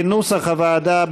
כנוסח הוועדה,